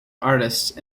artists